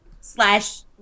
slash